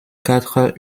quatre